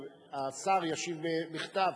השר ישיב בכתב,